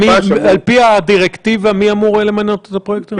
על פי הדירקטיבה, מי אמור למנות את הפרויקטור הזה?